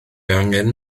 angen